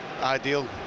ideal